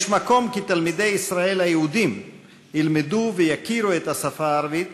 יש מקום כי תלמידי ישראל היהודים ילמדו ויכירו את השפה הערבית,